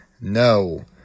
No